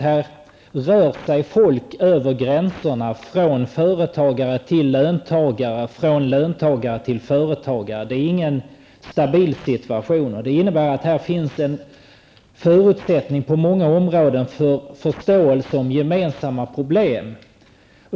Här rör sig folk över gränserna, från företagare till löntagare och tvärtom. Det är ingen stabil situation. Här finns på många områden en förutsättning för förståelse av gemensamma problem.